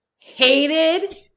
hated